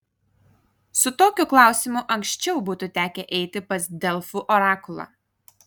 su tokiu klausimu anksčiau būtų tekę eiti pas delfų orakulą